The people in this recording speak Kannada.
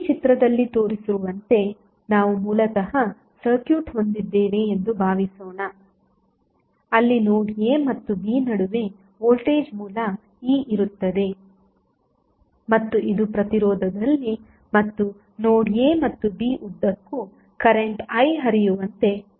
ಈ ಚಿತ್ರದಲ್ಲಿ ತೋರಿಸಿರುವಂತೆ ನಾವು ಮೂಲತಃ ಸರ್ಕ್ಯೂಟ್ ಹೊಂದಿದ್ದೇವೆ ಎಂದು ಭಾವಿಸೋಣ ಅಲ್ಲಿ ನೋಡ್ a ಮತ್ತು b ನಡುವೆ ವೋಲ್ಟೇಜ್ ಮೂಲ E ಇರುತ್ತದೆ ಮತ್ತು ಇದು ಪ್ರತಿರೋಧದಲ್ಲಿ ಮತ್ತು ನೋಡ್ a ಮತ್ತು b ಉದ್ದಕ್ಕೂ ಕರೆಂಟ್ I ಹರಿಯುವಂತೆ ಮಾಡುತ್ತದೆ